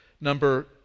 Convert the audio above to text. Number